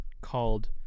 called